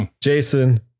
Jason